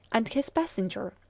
and his passenger,